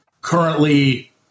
currently